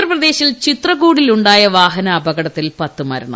ഉത്തർപ്രദേശിൽ ചിത്രകൂടിൽ ഉണ്ടായ വാഹനാപകടത്തിൽ പത്ത് മരണം